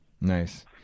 Nice